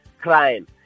crime